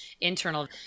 internal